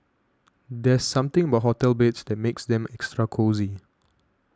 there's something about hotel beds that makes them extra cosy